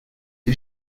did